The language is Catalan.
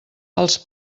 els